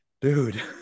Dude